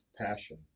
passion